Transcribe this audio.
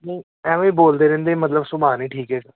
ਐਵੇਂ ਹੀ ਬੋਲਦੇ ਰਹਿੰਦੇ ਮਤਲਬ ਸੁਭਾਅ ਨਹੀਂ ਠੀਕ ਹੈਗਾ